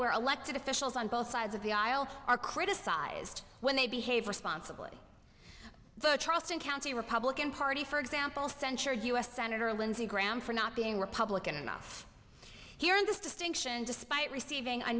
where elected officials on both sides of the aisle are criticized when they behave responsibly charleston county republican party for example censured us senator lindsey graham for not being republican enough here in this distinction despite receiving a